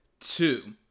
Two